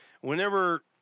Whenever